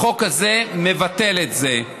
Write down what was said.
החוק הזה מבטל את זה.